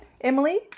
Emily